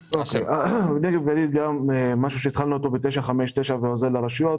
נגב וגליל זה גם משהו שהתחלנו אותו ב-959 ועוזר לרשויות.